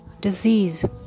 disease